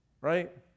Right